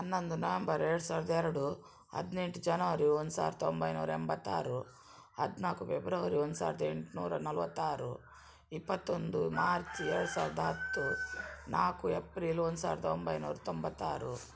ಹನ್ನೊಂದು ನವಂಬರ್ ಎರಡು ಸಾವಿರದ ಎರಡು ಹದಿನೆಂಟು ಜನವರಿ ಒಂದು ಸಾವಿರದ ಒಂಬೈನೂರ ಎಂಬತ್ತಾರು ಹದಿನಾಕು ಫೆಬ್ರವರಿ ಒಂದು ಸಾವಿರದ ಎಂಟುನೂರ ನಲ್ವತ್ತಾರು ಇಪ್ಪತ್ತೊಂದು ಮಾರ್ಚ್ ಎರಡು ಸಾವಿರದ ಹತ್ತು ನಾಲ್ಕು ಎಪ್ರಿಲ್ ಒಂದು ಸಾವಿರದ ಒಂಬೈನೂರ ತೊಂಬತ್ತಾರು